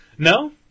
No